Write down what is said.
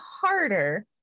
harder